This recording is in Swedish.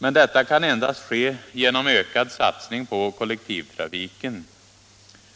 Men detta kan endast ske genom ökad satsning på kollektivtrafiken.